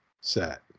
set